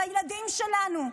על הילדים שלנו.